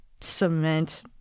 cement